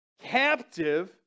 captive